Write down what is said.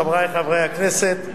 חברי חברי הכנסת,